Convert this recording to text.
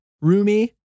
Rumi